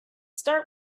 start